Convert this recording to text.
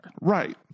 right